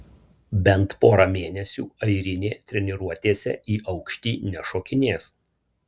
bent pora mėnesių airinė treniruotėse į aukštį nešokinės